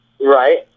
Right